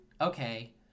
Okay